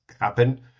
happen